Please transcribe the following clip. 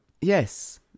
yes